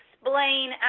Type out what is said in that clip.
explain